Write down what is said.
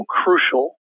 crucial